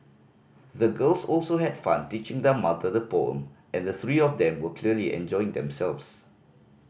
the girls also had fun teaching their mother the poem and the three of them were clearly enjoying themselves